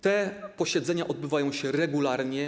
Te posiedzenia odbywają się regularnie.